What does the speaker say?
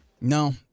No